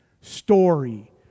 story